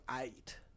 eight